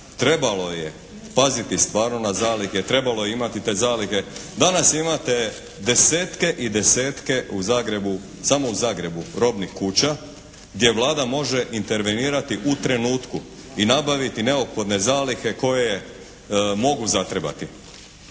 trebalo je paziti stvarno na zalihe. Trebalo je imati te zalihe. Danas imate desetke i desetke u Zagrebu, samo u Zagrebu robnih kuća gdje Vlada može intervenirati u trenutku. I nabaviti neophodne zalihe koje mogu zatrebati.